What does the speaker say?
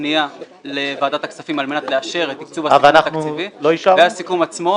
פנייה לוועדת הכספים על מנת לאשר את תקצוב הסיכום התקציבי והסיכום עצמו.